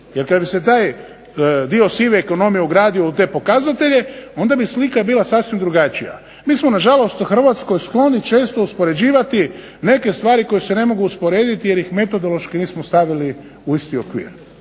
jer kad bi se taj dio sive ekonomije ugradio u te pokazatelje onda bi slika bila sasvim drugačija. Mi smo nažalost u Hrvatskoj skloni često uspoređivati neke stvari koje se ne mogu usporediti jer ih metodološki nismo stavili u isti okvir